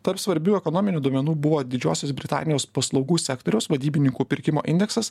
tarp svarbių ekonominių duomenų buvo didžiosios britanijos paslaugų sektoriaus vadybininkų pirkimo indeksas